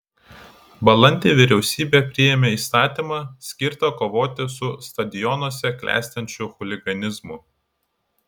balandį vyriausybė priėmė įstatymą skirtą kovoti su stadionuose klestinčiu chuliganizmu